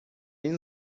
این